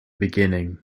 beginning